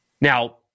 Now